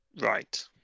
Right